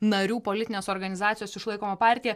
narių politinės organizacijos išlaikoma partiją